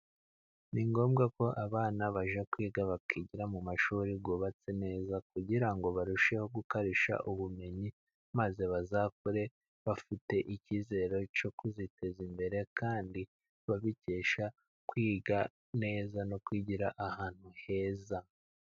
Ni ngombwa ko abana bajya kwiga bakigira mu mashuri yubatse neza, kugira ngo barusheho gukarishya ubumenyi, maze bazakure bafite icyizere cyo kuziteza imbere, kandi babikesha kwiga neza no kwigira ahantu heza.